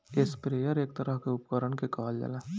sprayer एक तरह के उपकरण के कहल जाला